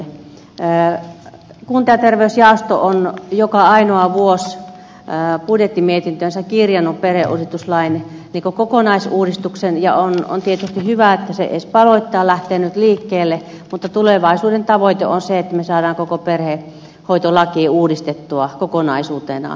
kunta ja terveysjaosto on joka ainoa vuosi budjettimietintöönsä kirjannut perheuudistuslain kokonaisuudistuksen ja on tietysti hyvä että se edes paloittain lähtee nyt liikkeelle mutta tulevaisuuden tavoite on se että me saamme koko perhehoitolain uudistettua kokonaisuutenaan